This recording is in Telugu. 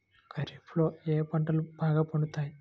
ఖరీఫ్లో ఏ పంటలు బాగా పండుతాయి?